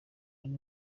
ari